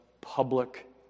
public